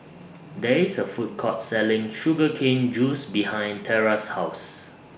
There IS A Food Court Selling Sugar Cane Juice behind Tera's House